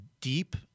deep